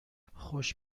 خوش